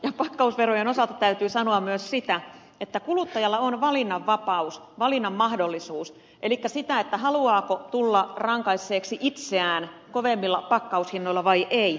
ja pakkausverojen osalta täytyy sanoa myös että kuluttajalla on valinnan vapaus valinnan mahdollisuus elikkä haluaako tulla rankaisseeksi itseään kovemmilla pakkaushinnoilla vai ei